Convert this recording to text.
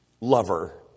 lover